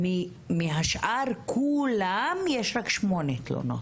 מכל השאר יש רק שמונה תלונות.